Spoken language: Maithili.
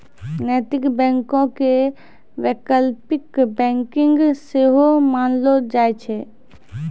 नैतिक बैंको के वैकल्पिक बैंकिंग सेहो मानलो जाय छै